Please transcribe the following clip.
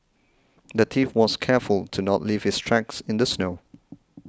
the thief was careful to not leave his tracks in the snow